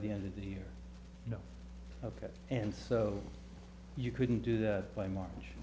the end of the year you know ok and so you couldn't do that by march